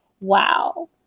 wow